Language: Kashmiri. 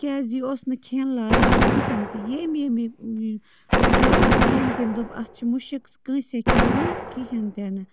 کیازِ یہِ اوس نہٕ کھیٚن لایق کِہیٖنۍ تہِ ییٚمہِ ییٚمہِ کھیٚو تہٕ تٔمۍ تٔمۍ دوٚپ اَتھ چھِ مُشک کٲنٛسے کھیوٚو نہٕ یہِ کِہیٖنۍ تہِ نہٕ